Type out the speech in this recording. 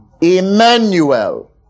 Emmanuel